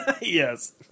Yes